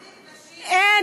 יש מספיק נשים פה, אין.